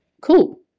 Cool